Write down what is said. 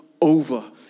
over